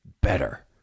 better